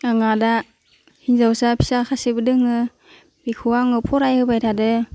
आङा दा हिन्जावसा फिसा खासेबो दोङो बेखौ आङो फराय होबाय थादो